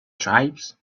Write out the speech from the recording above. tribes